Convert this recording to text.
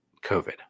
COVID